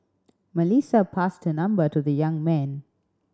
Melissa passed her number to the young man